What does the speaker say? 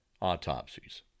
autopsies